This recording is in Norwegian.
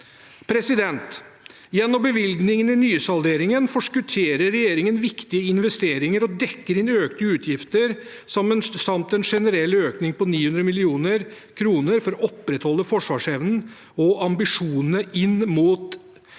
Gjennom bevilgningene i nysalderingen forskutterer regjeringen viktige investeringer og dekker inn økte utgifter samt en generell økning på 900 mill. kr for å opprettholde forsvarsevnen og ambisjonene i